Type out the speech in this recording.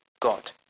God